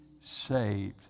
saved